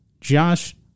Josh